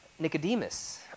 Nicodemus